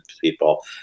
people